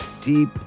deep